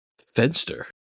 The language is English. Fenster